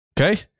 Okay